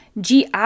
GI